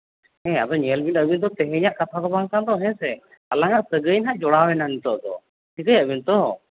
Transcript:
ᱦᱮᱸ ᱟᱫᱚ ᱧᱮᱞ ᱵᱤᱱ ᱛᱮᱦᱮᱧᱟᱜ ᱠᱟᱛᱷᱟ ᱫᱚ ᱵᱟᱝ ᱠᱟᱱ ᱫᱚ ᱦᱮᱸ ᱥᱮ ᱟᱞᱟᱝᱼᱟᱜ ᱥᱟᱹᱜᱟᱹᱭ ᱫᱚ ᱡᱚᱲᱟᱣᱮᱱᱟ ᱱᱤᱛᱚᱜ ᱫᱚ ᱴᱷᱤᱠᱟᱹᱭᱮᱫᱼᱟ ᱵᱤᱱ ᱛᱚ